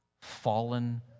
fallen